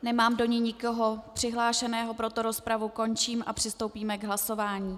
Nemám do ní nikoho přihlášeného, proto rozpravu končím a přistoupíme k hlasování.